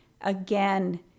again